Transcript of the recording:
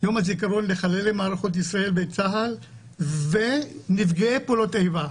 יום הזיכרון לחללי מערכות ישראל וצה"ל ונפגעי פעולות איבה.